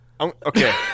Okay